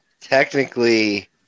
technically